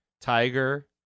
tiger